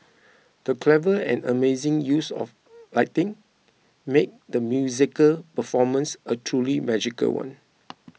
the clever and amazing use of lighting made the musical performance a truly magical one